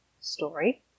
story